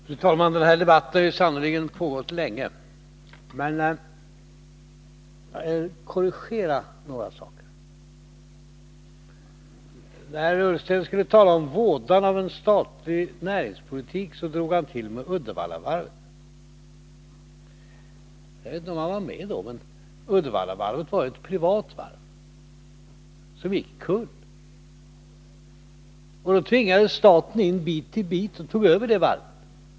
Fru talman! Den här debatten har sannerligen pågått länge, men jag vill korrigera några saker. När Ola Ullsten skulle tala om vådan av en statlig näringspolitik, så drog han till med Uddevallavarvet. Jag vet inte om han var med då, men Uddevallavarvet var ju ett privat varv, som gick omkull. Då tvingades staten in bit för bit och tog över det varvet.